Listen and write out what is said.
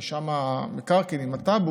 רשם המקרקעין עם הטאבו,